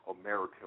American